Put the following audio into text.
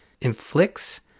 inflicts